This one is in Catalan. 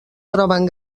troben